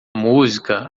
música